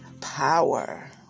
power